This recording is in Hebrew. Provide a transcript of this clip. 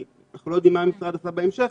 ואנחנו לא יודעים מה המשרד עשה בהמשך,